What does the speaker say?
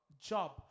job